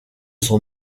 son